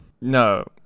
No